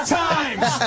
times